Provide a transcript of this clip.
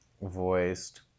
voiced